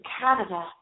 Canada